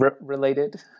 related